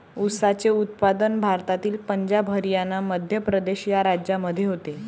ऊसाचे उत्पादन भारतातील पंजाब हरियाणा मध्य प्रदेश या राज्यांमध्ये होते